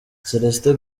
célestin